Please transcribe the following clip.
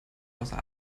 außer